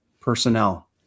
personnel